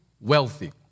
wealthy